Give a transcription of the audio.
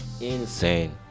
Insane